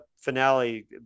finale